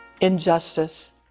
injustice